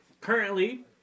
Currently